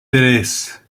tres